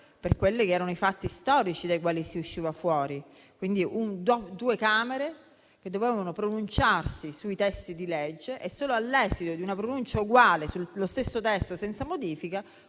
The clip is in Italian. perfetta, ideale per i fatti storici dai quali si usciva. Due Camere dovevano pronunciarsi sui testi di legge e solo all'esito di una pronuncia uguale sullo stesso testo, senza modifiche,